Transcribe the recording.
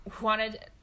wanted